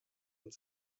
und